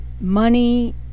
money